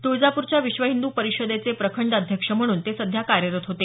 तुळजापूरच्या विश्व हिंद् परिषदेचे प्रखंड अध्यक्ष म्हणून ते सध्या कार्यरत होते